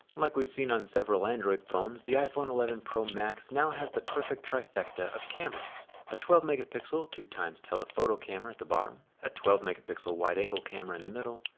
like we've seen on several android phones, the iphone eleven pro max now has the perfect trifecta of cameras a twelve megapixel two x telephoto camera at the bottom, a twelve megapixel wide-angle camera in the middle,